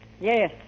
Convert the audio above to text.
Yes